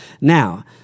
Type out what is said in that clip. Now